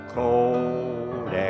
cold